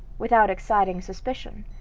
without exciting suspicion